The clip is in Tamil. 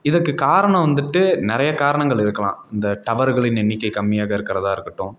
இதுக்கு காரணம் வந்துட்டு நிறைய காரணங்கள் இருக்கலாம் இந்த டவர்களின் எண்ணிக்கை கம்மியாக இருக்கிறதா இருக்கட்டும்